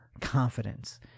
confidence